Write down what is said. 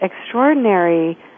extraordinary